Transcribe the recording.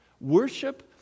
Worship